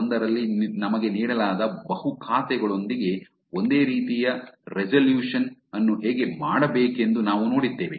1 ರಲ್ಲಿ ನಮಗೆ ನೀಡಲಾದ ಬಹು ಖಾತೆಗಳೊಂದಿಗೆ ಒಂದೇ ರೀತಿಯ ರೆಸಲ್ಯೂಶನ್ ಅನ್ನು ಹೇಗೆ ಮಾಡಬೇಕೆಂದು ನಾವು ನೋಡಿದ್ದೇವೆ